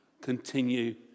continue